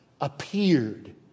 appeared